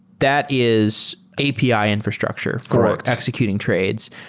that is api infrastructure for executing trades.